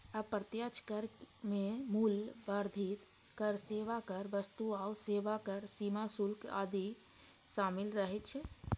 अप्रत्यक्ष कर मे मूल्य वर्धित कर, सेवा कर, वस्तु आ सेवा कर, सीमा शुल्क आदि शामिल रहै छै